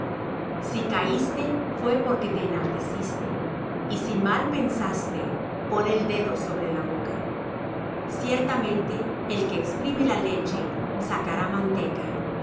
si caiste fué porque te enalteciste y si mal pensaste pon el dedo sobre la boca ciertamente el que exprime la leche sacará manteca